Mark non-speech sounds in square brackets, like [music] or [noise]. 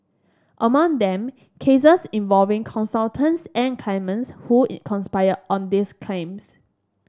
among them cases involving consultants and claimants who [unintelligible] conspired on these claims